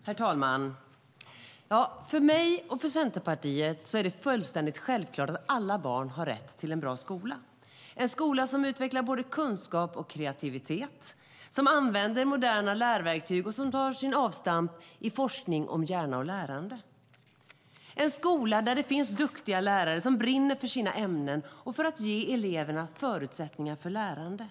Herr talman! För mig och för Centerpartiet är det fullständigt självklart att alla barn har rätt till en bra skola, en skola som utvecklar både kunskap och kreativitet, som använder moderna lärverktyg och som tar avstamp i forskning om hjärna och lärande. Det är en skola där det finns duktiga lärare som brinner för sina ämnen och för att ge eleverna förutsättningar för lärande.